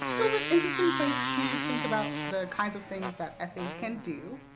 it was a interesting place to think about the kinds of things that essays can do.